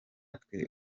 twe